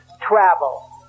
Travel